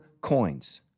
coins